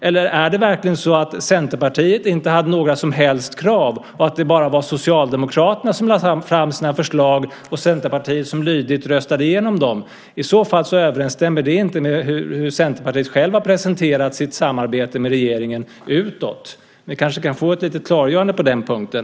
Eller är det verkligen så att Centerpartiet inte hade några som helst krav utan att det bara var Socialdemokraterna som lade fram sina förslag och Centerpartiet som lydigt röstade igenom dem? I så fall överensstämmer det inte med hur Centerpartiet självt har presenterat sitt samarbete med regeringen utåt. Vi kanske kan få ett litet klargörande på den punkten.